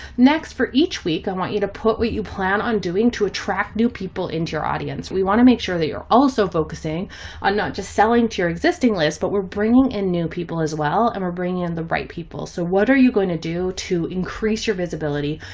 next for each week, i want you to put what you plan on doing to attract new people into your audience, we want to make sure that you're. also focusing on not just selling to your existing list, but we're bringing in new people as well, and we're bringing in the right people. so what are you going to do to increase your visibility?